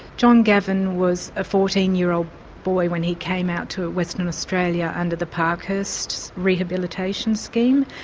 john gavin was a fourteen year old boy when he came out to western australia under the parkhurst rehabilitation scheme,